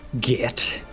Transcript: Get